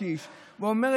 הקמת מדינה פלסטינית עצמאית?